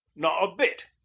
not a bit.